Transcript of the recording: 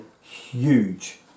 huge